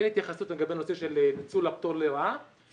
אין התייחסות לגבי נושאים של ניצול הפטור לרעה,